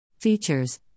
Features